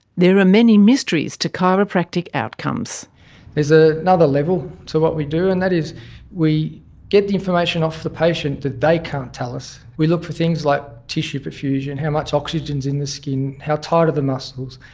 there are many mysteries to chiropractic outcomes. there is ah another level to what we do and that is we get the information off the patient that they can't tell us. we look for things like tissue profusion, how much oxygen is in the skin, how tight are the muscles,